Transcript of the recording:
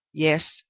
yes,